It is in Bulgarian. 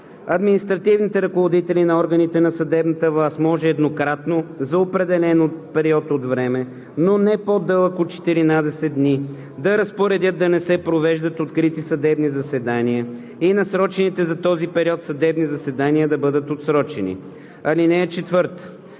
Административните ръководители на органите на съдебната власт може еднократно за определен период от време, но не по-дълъг от 14 дни, да разпоредят да не се провеждат открити съдебни заседания и насрочените за този период съдебни заседания да бъдат отсрочени. (4) По време